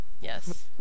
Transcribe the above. Yes